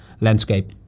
landscape